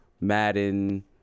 Madden